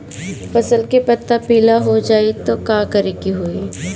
फसल के पत्ता पीला हो जाई त का करेके होई?